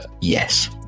Yes